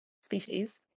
species